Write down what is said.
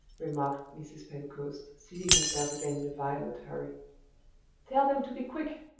remarked mrs. pentecost, seating herself again in a violent hurry tell them to be quick!